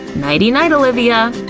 nighty-night, olivia!